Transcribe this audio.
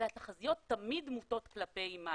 והתחזיות תמיד מוטות כלפי מעלה.